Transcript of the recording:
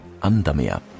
Andamia